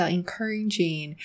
encouraging